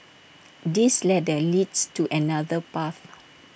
this ladder leads to another path